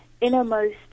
innermost